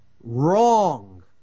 wrong